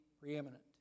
preeminent